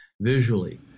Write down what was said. visually